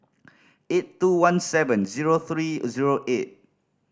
eight two one seven zero three zero eight